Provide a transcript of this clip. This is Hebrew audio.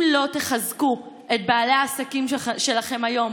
אם לא תחזקו את בעלי העסקים שלכם היום,